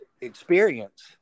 experience